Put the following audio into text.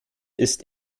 ist